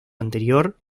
anterior